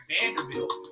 Vanderbilt